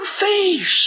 face